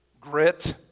grit